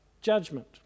judgment